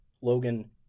Logan